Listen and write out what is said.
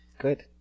Good